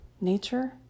nature